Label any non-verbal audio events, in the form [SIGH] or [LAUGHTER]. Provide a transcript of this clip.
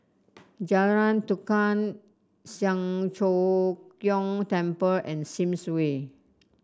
[NOISE] Jalan Tukang Siang Cho Keong Temple and Sims Way